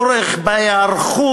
על הצורך בהיערכות,